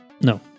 No